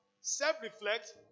self-reflect